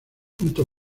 punto